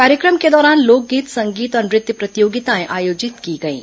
कार्यक्रम के दौरान लोकगीत संगीत और नृत्य प्रतियोगिताएं आयोजित की गईं